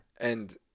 And-